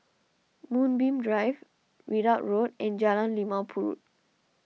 Moonbeam Drive Ridout Road and Jalan Limau Purut